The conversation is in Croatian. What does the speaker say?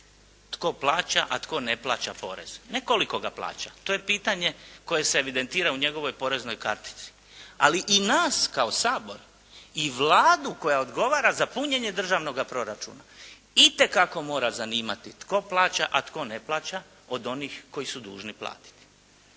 tko plaća, a tko ne plaća porez. Ne koliko ga plaća, to je pitanje koje se evidentira u njegovoj poreznoj kartici, ali i nas kao Sabor i Vladu koja odgovara za punjenje državnoga proračuna itekako mora zanimati tko plaća, a tko ne plaća od onih koji su dužni platiti.